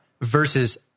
Versus